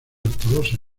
ortodoxa